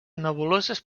nebuloses